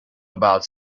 about